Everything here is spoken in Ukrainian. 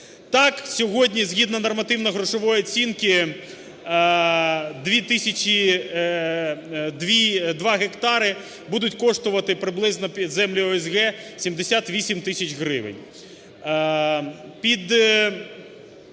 Так, сьогодні згідно нормативно-грошової оцінки 2 тисячі… 2 гектари будуть коштувати приблизно, землі ОСГ, 78 тисяч гривень.